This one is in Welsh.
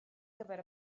gyfer